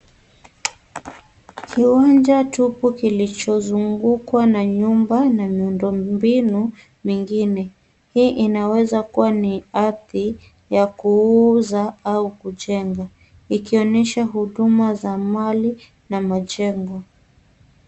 Kiwanja tupu kilichozungukwa na nyumba na miundombinu mingine, hii inaweza kuwa ni ardhi ya kuuza au kuchembe ikionyesha huduma za mali na majengo.